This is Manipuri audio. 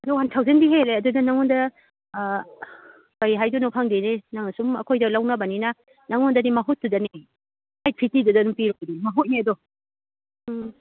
ꯋꯥꯟ ꯊꯥꯎꯖꯟꯗꯤ ꯍꯦꯜꯂꯦ ꯑꯗꯨꯗꯣ ꯅꯉꯣꯟꯗ ꯀꯔꯤ ꯍꯥꯏꯗꯣꯅꯣ ꯈꯪꯗꯦꯅꯦ ꯅꯪꯅ ꯁꯨꯝ ꯑꯩꯈꯣꯏꯒ ꯂꯧꯅꯕꯅꯤꯅ ꯅꯉꯣꯟꯗꯗꯤ ꯃꯍꯨꯠꯇꯨꯗꯅꯦ ꯑꯩꯠ ꯐꯤꯐꯇꯤꯗꯨꯗ ꯑꯗꯨꯝ ꯄꯤꯔꯛꯄꯗꯣ ꯃꯍꯨꯠꯅꯦ ꯑꯗꯣ ꯎꯝ